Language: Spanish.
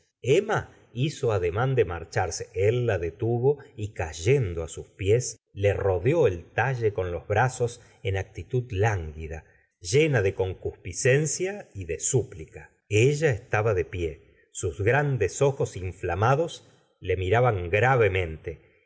emma hizo ademán de marcharse él la detuvo y cayendo á sus pies le rodeó el talle con los brazos en actitud lánguida llena de concupiscencia y de súplica ella estaba de pie sus grandes ojos inflamados le miraban gravemente